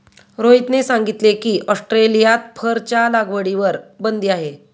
रोहितने सांगितले की, ऑस्ट्रेलियात फरच्या लागवडीवर बंदी आहे